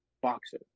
boxer